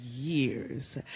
Years